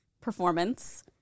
Performance